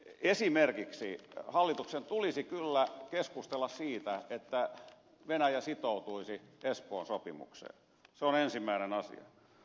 esimerkiksi hallituksen tulisi kyllä keskustella siitä että venäjä sitoutuisi espoon sopimukseen se on ensimmäinen asia